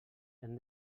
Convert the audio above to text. hem